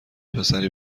پسری